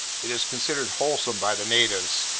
it is considered wholesome by the natives,